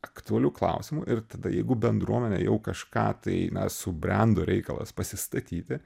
aktualiu klausimu ir tada jeigu bendruomenė jau kažką tai na subrendo reikalas pasistatyti